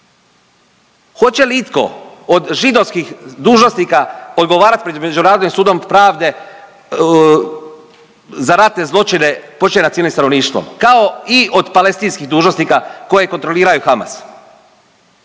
Hoće li itko od židovskih dužnosnika odgovarati pred Međunarodnim sudom pravde za ratne zločine počinjene nad civilnim stanovništvom, kao i od palestinskih dužnosnika koje kontroliraju Hamas?